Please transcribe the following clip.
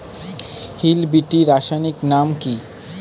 Hill বিটি রাসায়নিক নাম কি?